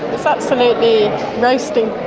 it's absolutely roasting